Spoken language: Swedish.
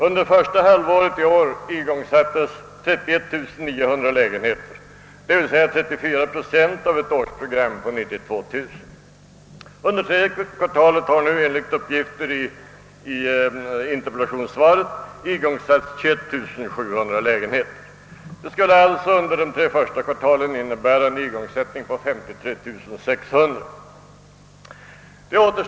Under första halvåret i år igångsattes 31 900 lägenheter, d.v.s. 34 procent av ett årsprogram på 92000. Under tredje kvartalet har nu enligt uppgifter i interpellationssvaret igångsatts 21 700 lägenheter. Det skulle alltså innebära en igångsättning under de tre första kvartalen på 53 600 lägenheter.